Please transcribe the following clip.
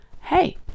hey